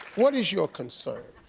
what is your concern?